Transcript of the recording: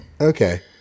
Okay